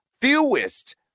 fewest